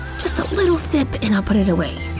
just a little sip and i'll put it away.